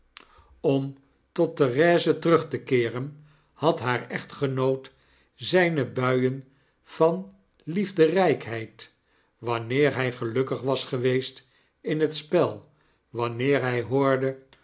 om tot therese terug te keeren had haar echtgenoot zgne buien van liefderpkheid wanneer hy gelukkig was geweest in het spel wanneer hy hoorde